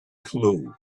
clue